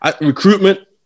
Recruitment